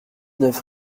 neuf